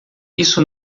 isso